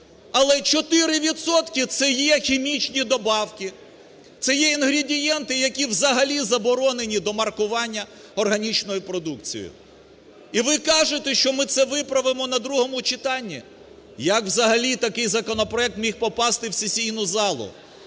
– це є хімічні добавки, це є інгредієнти, які взагалі заборонені до маркування органічною продукцією. І ви кажете, що ми це виправимо на другому читанні? Як взагалі такий законопроект міг попасти в сесійну залу?